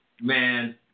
Man